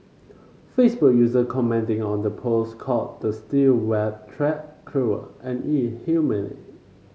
Facebook user commenting on the post called the steel wire trap cruel and inhumane